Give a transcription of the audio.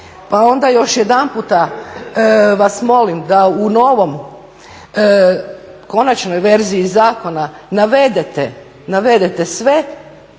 Pa onda još jedanputa vas molim da u novom, konačnoj verziji zakona navedete sve,